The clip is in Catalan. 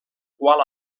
qual